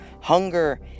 hunger